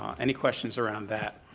any questions around that?